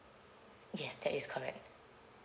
yes that is correct